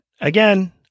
again